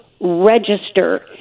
register